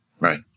Right